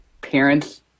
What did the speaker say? parents